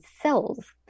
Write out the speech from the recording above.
cells